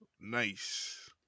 nice